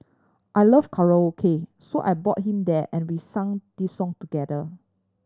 I love karaoke so I brought him there and we sang this song together